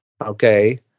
Okay